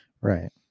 Right